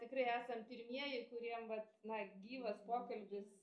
tikrai esam pirmieji kuriem vat na gyvas pokalbis